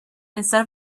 instead